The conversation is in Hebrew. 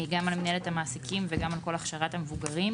גם על מינהלת המעסיקים וגם על כל הכשרת המבוגרים.